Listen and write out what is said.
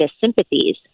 sympathies